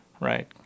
right